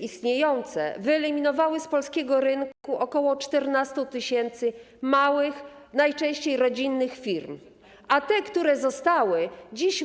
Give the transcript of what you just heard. Istniejące przepisy wyeliminowały z polskiego rynku ok. 14 tys. małych, najczęściej rodzinnych, firm, a te, które pozostały,